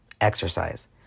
exercise